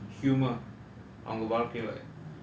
they have lost the gift of humour